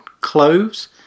cloves